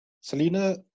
Selena